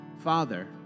Father